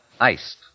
iced